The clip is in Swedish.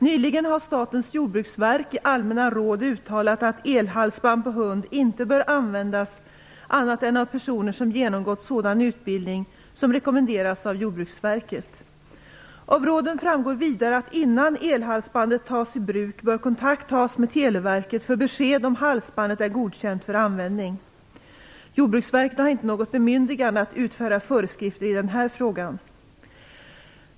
Nyligen har Statens jordbruksverk i allmänna råd uttalat att elhalsband på hund inte bör användas annat än av personer som genomgått sådan utbildning som rekommenderas av Jordbruksverket. Av råden framgår vidare att innan elhalsbandet tas i bruk bör kontakt tas med Telia för besked om halsbandet är godkänt för användning. Jordbruksverket har inte något bemyndigande att utfärda föreskrifter i den här frågan.